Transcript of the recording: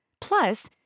Plus